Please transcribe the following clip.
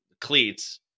cleats